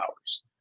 hours